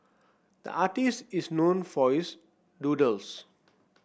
the artist is known for his doodles